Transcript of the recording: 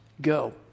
go